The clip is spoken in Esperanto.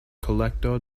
kolekto